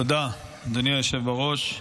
תודה, אדוני היושב בראש.